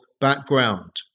background